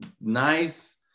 nice